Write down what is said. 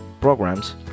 programs